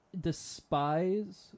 Despise